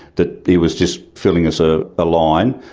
that he was just feeding us a ah line,